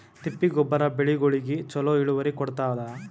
ತಿಪ್ಪಿ ಗೊಬ್ಬರ ಬೆಳಿಗೋಳಿಗಿ ಚಲೋ ಇಳುವರಿ ಕೊಡತಾದ?